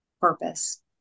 purpose